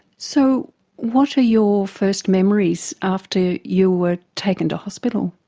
so what are your first memories after you were taken to hospital?